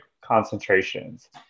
concentrations